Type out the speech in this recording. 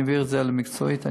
אני אעביר את זה לבדיקה מקצועית,